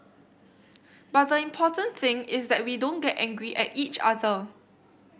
but the important thing is that we don't get angry at each other